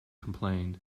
complained